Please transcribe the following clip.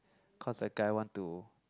cause that guy want to